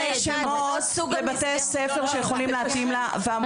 --- הבאתי שני שמות לבתי ספר שיכולים להתאים לה ואמרו לי שאין מקום.